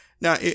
Now